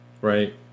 right